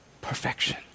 perfection